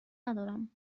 ندارم